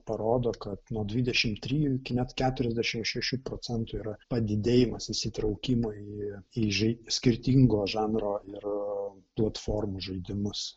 parodo kad nuo dvidešimt trijų iki net keturiasdešimt šešių procentų yra padidėjimas įsitraukimo į įžei skirtingo žanro ir platformų žaidimus